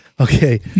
Okay